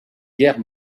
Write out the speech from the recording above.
guerre